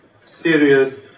serious